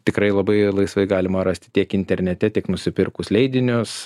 tikrai labai laisvai galima rasti tiek internete tiek nusipirkus leidinius